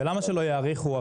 ולמה שלא יאריכו,